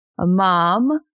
mom